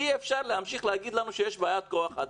אי אפשר להמשיך להגיד לנו שיש בעיית כוח אדם.